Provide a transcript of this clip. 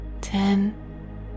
Ten